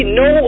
no